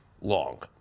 long